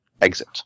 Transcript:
Exit